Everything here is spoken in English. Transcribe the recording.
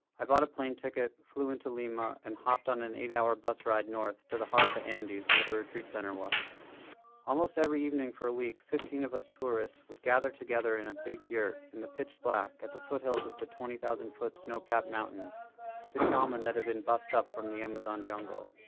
i bought a plane ticket, flew into lima and hopped on an eight hour bus ride north to the heart of the andes where the retreat center was almost every evening for a week, fifteen of us tourists would gather together in a big yurt in the pitch black, at the foothills of the twenty thousand foot snow-capped mountains, with the shaman that had been bused up from the amazon jungle.